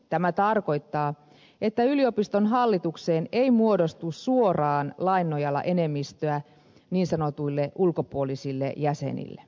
tämä tarkoittaa että yliopiston hallitukseen ei muodostu suoraan lain nojalla enemmistöä niin sanotuille ulkopuolisille jäsenille